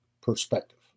perspective